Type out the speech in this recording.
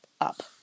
up